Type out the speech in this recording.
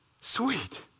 sweet